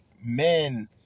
men